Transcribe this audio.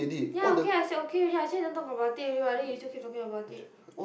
ya okay I said okay already what I say don't talk about it already what then you still keep talking about it